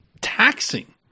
taxing